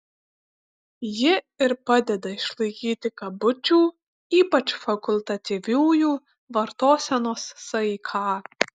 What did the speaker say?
ji ir padeda išlaikyti kabučių ypač fakultatyviųjų vartosenos saiką